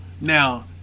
Now